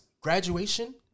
graduation